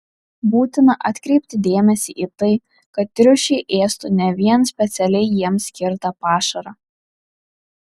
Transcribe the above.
būtina atkreipti dėmesį į tai kad triušiai ėstų ne vien specialiai jiems skirtą pašarą